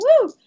Woo